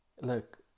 look